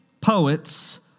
poets